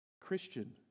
Christian